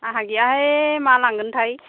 आहा गैयाहाय मा लांगोनथाय